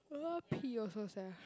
I want pee also sia